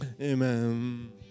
Amen